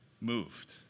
moved